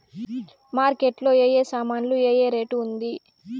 Market లో ఏ ఏ సామాన్లు ఏ ఏ రేటు ఉంది?